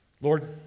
Lord